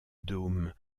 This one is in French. dôme